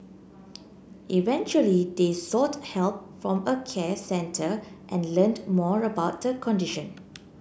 eventually they sought help from a care centre and learnt more about the condition